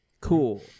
Cool